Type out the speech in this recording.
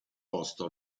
posto